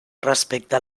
respecte